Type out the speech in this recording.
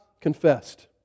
confessed